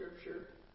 scripture